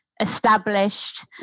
established